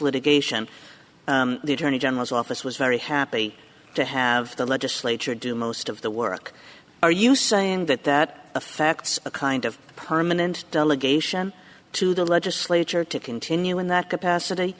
litigation the attorney general's office was very happy to have the legislature do most of the work are you saying that that affects a kind of permanent delegation to the legislature to continue in that capacity